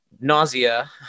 Nausea